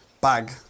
Bag